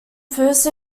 first